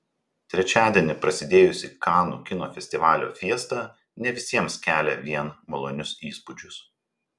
trečiadienį prasidėjusi kanų kino festivalio fiesta ne visiems kelia vien malonius įspūdžius